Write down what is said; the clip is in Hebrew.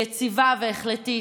יציבה והחלטית,